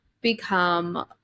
become